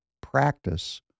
practice